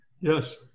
yes